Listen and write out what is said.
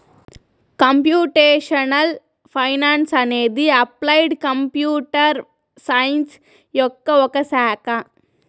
computational finance అనేది applied computer science యొక్క ఒక శాఖ